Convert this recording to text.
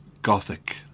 Gothic